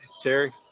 Terry